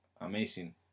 amazing